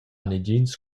negins